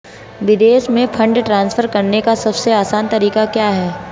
विदेश में fund transfer करने का सबसे आसान तरीका क्या है?